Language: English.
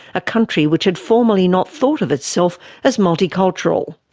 a country which had formerly not thought of itself as multicultural.